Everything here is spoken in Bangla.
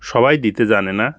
সবাই দিতে জানে না